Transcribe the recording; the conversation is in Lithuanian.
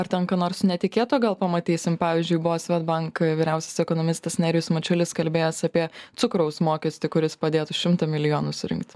ar ten ką nors netikėto gal pamatysim pavyzdžiui buvo swedbank vyriausias ekonomistas nerijus mačiulis kalbėjęs apie cukraus mokestį kuris padėtų šimtą milijonų surinkti